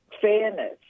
fairness